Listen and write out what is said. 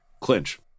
clinch